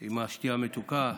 עם השתייה המתוקה?